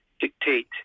dictate